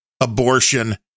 abortion